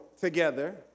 together